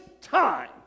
TIME